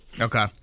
Okay